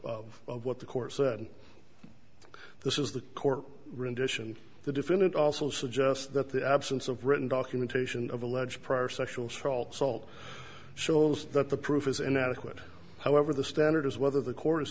what the court said this is the court room dition the defendant also suggests that the absence of written documentation of alleged prior sexual stroll salt shows that the proof is inadequate however the standard is whether the court is